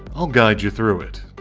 i'll guide you through it.